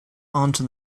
onto